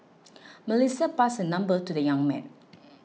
Melissa passed her number to the young man